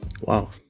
Wow